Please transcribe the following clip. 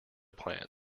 plant